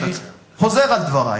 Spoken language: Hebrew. אני חוזר על דברי.